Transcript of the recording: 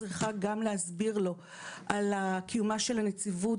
צריכה גם להסביר לו על קיומה של הנציבות